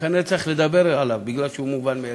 שכנראה צריך לדבר עליו, כי הוא מובן מאליו.